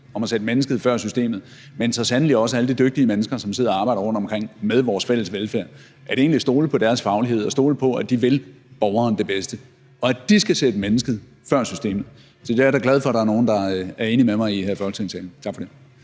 om at sætte mennesket før systemet. Men det handler så sandelig også om alle de dygtige mennesker, som sidder og arbejder rundtomkring med vores fælles velfærd, om egentlig at stole på deres faglighed og stole på, at de vil borgeren det bedste, og om, at de skal sætte mennesket før systemet. Så det er jeg da glad for der er nogen der er enige med mig i her i Folketingssalen. Tak for det.